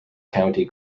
county